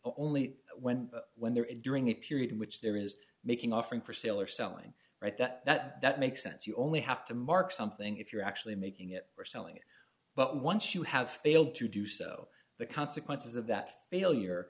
only when when there are during the period in which there is making offering for sale or selling right that makes sense you only have to mark something if you're actually making it or selling it but once you have failed to do so the consequences of that failure